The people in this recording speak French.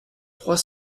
trois